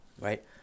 right